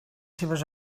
seves